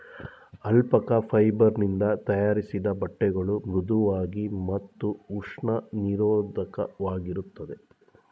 alpaca fibre ನಿಂದ ತಯಾರಿಸಿದ ಬಟ್ಟೆಗಳು ಮೃಧುವಾಗಿ ಮತ್ತು ಉಷ್ಣ ನಿರೋಧಕವಾಗಿರುತ್ತದೆ